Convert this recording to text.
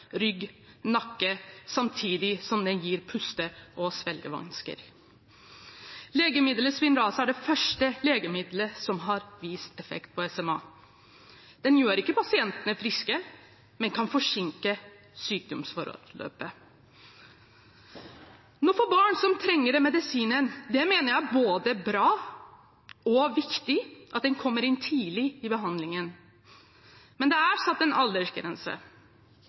rygg og nakke, samtidig som den gir puste- og svelgevansker. Legemiddelet Spinraza er det første legemiddelet som har vist effekt på SMA. Den gjør ikke pasientene friske, men kan forsinke sykdomsforløpet. For barn som trenger medisinen, mener jeg det er både bra og viktig at den kommer inn tidlig i behandlingen, men det er satt en aldersgrense.